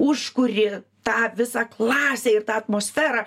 užkuri tą visą klasę ir tą atmosferą